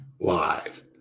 live